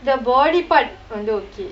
the body part வந்து:vanthu okay